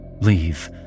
Leave